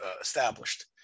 established